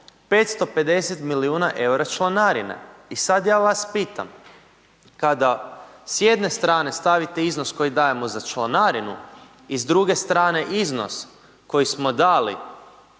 550 milijuna EUR-a članarine i sad ja vas pitam. Kada s jedne strane stavite iznos koji dajemo za članarinu i s druge strane iznos koji smo dali